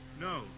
No